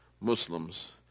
Muslims